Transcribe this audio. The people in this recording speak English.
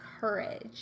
courage